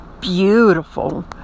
beautiful